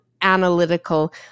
analytical